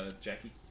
Jackie